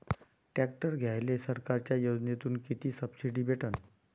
Tractor घ्यायले सरकारच्या योजनेतून किती सबसिडी भेटन?